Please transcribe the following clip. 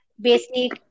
basic